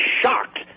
shocked